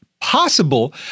possible